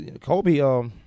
Kobe